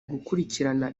gukurikirana